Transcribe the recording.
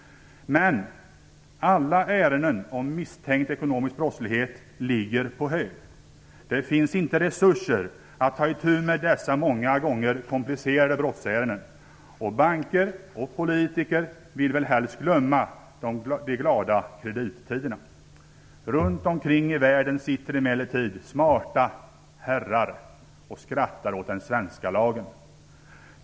Men alla ärenden om misstänkt ekonomisk brottslighet ligger på hög. Det finns inte resurser att ta itu med dessa många gånger komplicerade brottsärenden. Banker och politiker vill väl helst glömma de glada kredittiderna. Runt omkring i världen sitter emellertid smarta herrar och skrattar åt den svenska lagen.